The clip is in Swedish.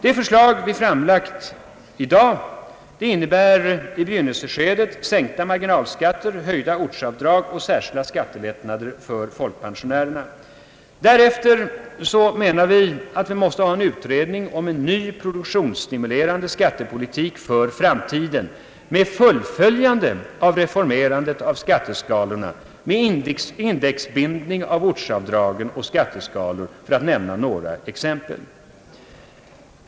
De förslag som vi i dag framlagt innebär i begynnelseskedet sänkta mar ginalskatter, höjda ortsavdrag och särskilda skattelättnader för folkpensionärerna. Därefter måste vi ha en utredning om en ny produktionsstimulerande skattepolitik för framtiden med fullföljande av reformerandet av skatteskalorna, med indexbindning av ortsavdrag och skatteskalor — för att nämna några exempel.